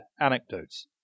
anecdotes